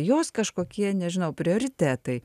jos kažkokie nežinau prioritetai